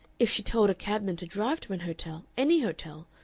if she told a cabman to drive to an hotel, any hotel,